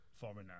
foreigner